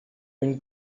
une